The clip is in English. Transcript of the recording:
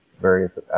various